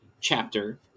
chapter